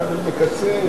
כבל.